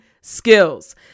skills